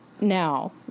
now